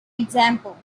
example